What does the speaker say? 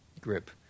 grip